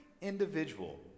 individual